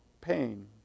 pain